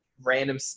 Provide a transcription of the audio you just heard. random